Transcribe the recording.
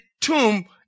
tomb